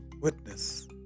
witness